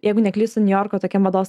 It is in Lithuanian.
jeigu neklystu niujorko tokie mados